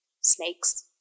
snakes